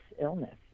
illness